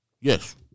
Yes